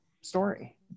story